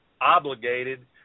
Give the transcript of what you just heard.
obligated